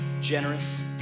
generous